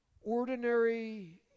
ordinary